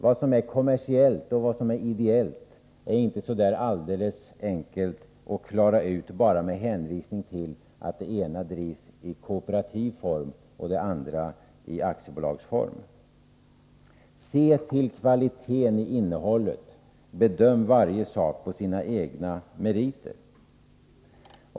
Vad som är kommersiellt och vad som är ideellt är inte så där alldeles enkelt att klara ut bara med hänvisning till att det ena drivs i kooperativ form och det andra i aktiebolagsform. Se till kvaliteten i innehållet, bedöm varje sak på sina egna meriter!